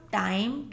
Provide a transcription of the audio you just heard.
time